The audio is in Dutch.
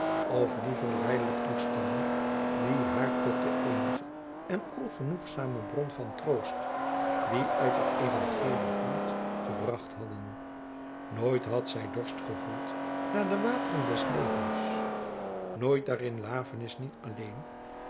of liever lijdelijk toestemmen die haar tot de eenige en algenoegzame bron van troost jacob van lennep elizabeth musch die uit het evangelie vloeit gebracht hadden nooit had zy dorst gevoeld naar de wateren des levens nooit daarin lafenis niet alleen